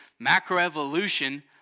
macroevolution